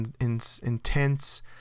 intense